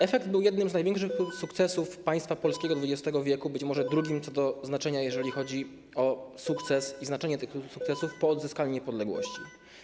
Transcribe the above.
Efekt był jednym z największych sukcesów państwa polskiego XX w., być może drugim co do znaczenia, jeżeli chodzi o sukces i znaczenie tych sukcesów po odzyskaniu niepodległości.